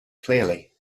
clearly